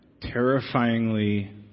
terrifyingly